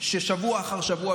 ששבוע אחר שבוע,